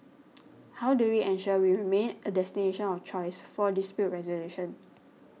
how do we ensure we remain a destination of choice for dispute resolution